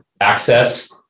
access